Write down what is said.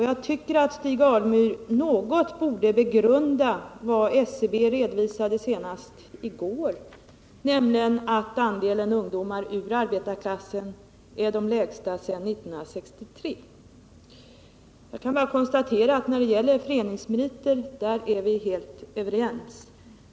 Jag tycker att Stig Alemyr något borde begrunda vad SCB redovisade senast i går, nämligen att andelen ungdomar ur arbetarklassen bland studerande är den lägsta sedan 1963. Jag kan bara konstatera att när det gäller föreningsmeriter är Stig Alemyr och jag helt överens.